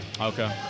Okay